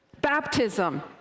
baptism